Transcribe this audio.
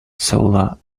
solar